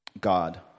God